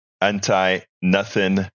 Anti-nothing